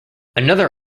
another